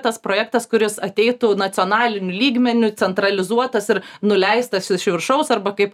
tas projektas kuris ateitų nacionaliniu lygmeniu centralizuotas ir nuleistas iš viršaus arba kaip